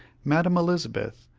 madam elizabeth,